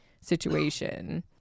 situation